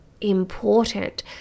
important